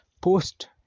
post